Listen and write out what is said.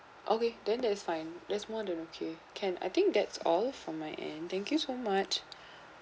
okay then that's fine that's more than okay can I think that's all from my end thank you so much